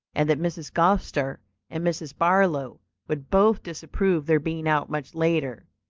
and that mrs. gostar and mrs. barlow would both disapprove their being out much later.